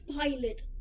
pilot